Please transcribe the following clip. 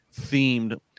themed